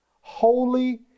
holy